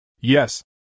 Yes